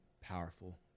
powerful